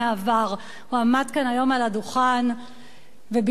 הוא עמד כאן היום על הדוכן וביקש שנתמוך